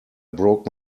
broke